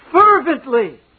fervently